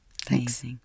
thanks